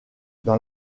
dans